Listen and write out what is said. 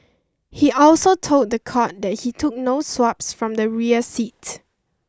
he also told the court that he took no swabs from the rear seat